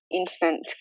instant